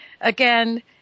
again